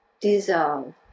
dissolve